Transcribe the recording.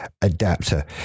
adapter